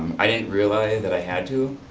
i didn't realize that i had to,